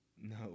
No